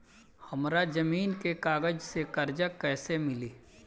हमरा जमीन के कागज से कर्जा कैसे मिली?